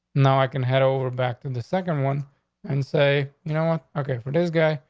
now i can head over back to and the second one and say, you know what? ok for this guy,